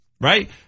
right